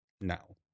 now